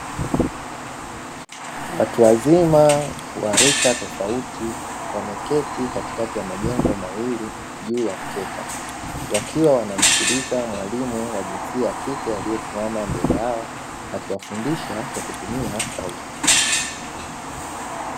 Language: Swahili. Watu wazima wa rika tofauti wameketi katikati ya majengo mawili juu ya mkeka, wakiwa wanamsikiliza mwalimu wa jinsia ya kike aliyesimama mbele yao akiwafundisha kwa kutumia sauti.